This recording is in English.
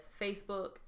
Facebook